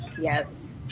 Yes